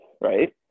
right